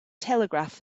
telegraph